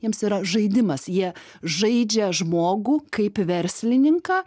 jiems yra žaidimas jie žaidžia žmogų kaip verslininką